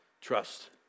trust